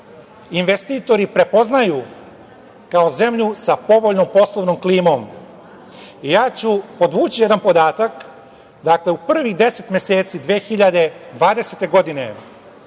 investitori prepoznaju kao zemlju sa povoljnom poslovnom klimom. Ja ću podvući jedan podatak, u prvih 10 meseci 2020. godine,